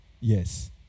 Yes